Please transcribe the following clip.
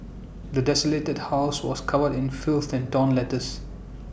the desolated house was covered in filth and torn letters